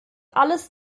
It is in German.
alles